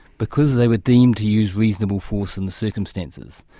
because they were deemed to use reasonable force in the circumstances.